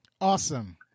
Awesome